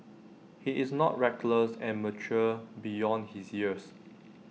he is not reckless and mature beyond his years